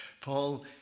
Paul